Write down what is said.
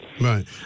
Right